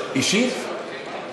אישית,